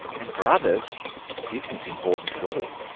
and for others it isn't important at all.